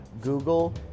Google